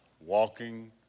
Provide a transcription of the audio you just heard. walking